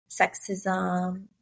sexism